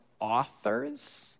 authors